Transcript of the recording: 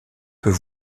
peut